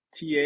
TA